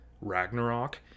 Ragnarok